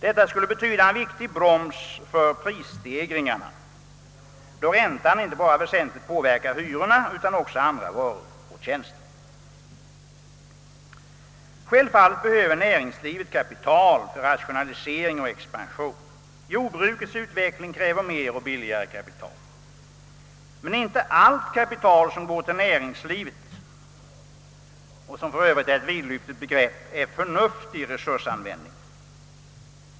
Detta skulle bli en viktig broms på prisstegringarna, då räntan inte bara väsentligt påverkar hyrorna utan också priset på andra varor och tjänster. Självfallet behöver näringslivet kapital för rationalisering och expansion. Jordbrukets utveckling kräver mer och billigare kapital. Men inte allt kapital som går till näringslivet — som för övrigt är ett vidlyftigt begrepp — är förnuftig resursanvänding.